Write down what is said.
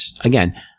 again